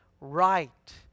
right